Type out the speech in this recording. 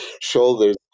shoulders